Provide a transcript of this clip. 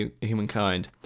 humankind